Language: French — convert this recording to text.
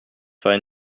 faire